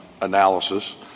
analysis